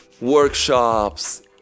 workshops